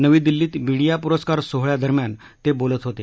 नवी दिल्लीत मीडिया पुरस्कार सोळ्यादरम्यान ते बोलत होते